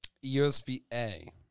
USB-A